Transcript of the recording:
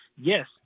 Yes